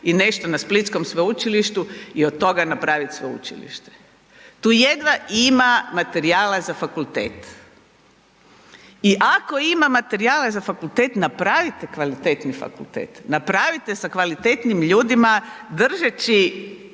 i nešto na splitskom sveučilištu i od toga napravit sveučilište. Tu jedva ima materijala za fakultet i ako ima materijala za fakultet napravite kvalitetni fakultet, napravite sa kvalitetnim ljudima držeći